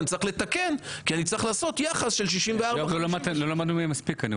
אני צריך לתקן כי אני צריך לעשות יחס של 64. לא למדנו מהם מספיק.